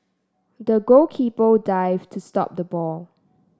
the goalkeeper dived to stop the ball